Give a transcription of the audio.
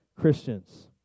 Christians